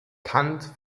kant